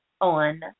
on